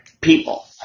people